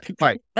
right